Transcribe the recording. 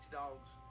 dogs